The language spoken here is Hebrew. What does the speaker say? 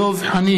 נגד דב חנין,